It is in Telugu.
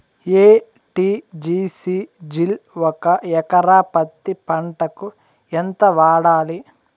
ఎ.టి.జి.సి జిల్ ఒక ఎకరా పత్తి పంటకు ఎంత వాడాలి?